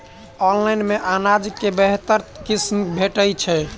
Online मे अनाज केँ बेहतर किसिम भेटय छै?